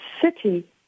city